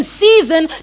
season